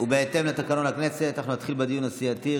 בהתאם לתקנון הכנסת, נתחיל בדיון הסיעתי.